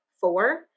four